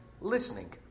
listening